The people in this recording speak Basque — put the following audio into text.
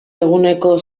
eguneko